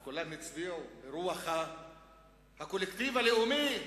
אז כולם הצביעו ברוח הקולקטיב הלאומי,